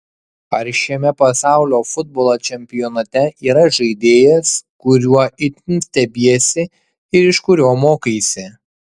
ar šiame pasaulio futbolo čempionate yra žaidėjas kuriuo itin stebiesi ir iš kurio mokaisi